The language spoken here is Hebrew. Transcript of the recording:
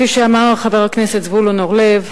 כפי שאמר חבר הכנסת זבולון אורלב,